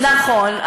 נכון.